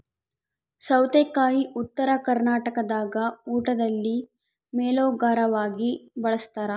ಸೌತೆಕಾಯಿ ಉತ್ತರ ಕರ್ನಾಟಕದಾಗ ಊಟದಲ್ಲಿ ಮೇಲೋಗರವಾಗಿ ಬಳಸ್ತಾರ